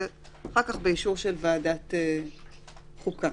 ואחר כך באישור של ועדת החוקה